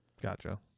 Gotcha